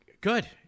Good